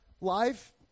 life